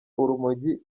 urumogi